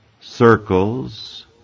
circles